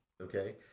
Okay